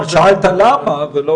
זה לא